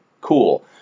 cool